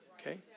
Okay